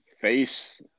face